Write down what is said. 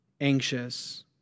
anxious